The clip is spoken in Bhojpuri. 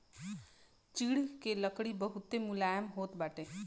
चीड़ के लकड़ी बहुते मुलायम होत बाटे